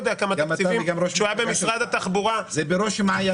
זה בראש מעיינכם.